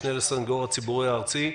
המשנה לסנגור הציבורי הארצי,